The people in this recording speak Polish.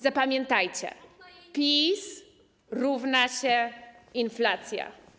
Zapamiętajcie: PiS równa się inflacja.